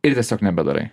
ir tiesiog nebedarai